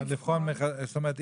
זאת אומרת,